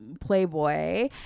Playboy